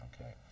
Okay